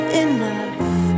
enough